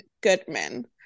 Goodman